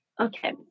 Okay